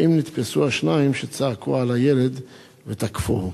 2. האם נתפסו השניים שצעקו על הילד ותקפוהו?